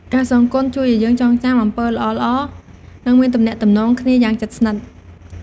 ការសងគុណជួយអោយយើងចងចាំអំពើល្អៗ និងមានទំនាក់ទំនងគ្នាយ៉ាងជិតស្និត។